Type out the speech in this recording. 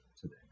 today